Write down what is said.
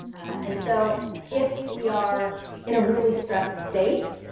and so if we are in a really stressed state,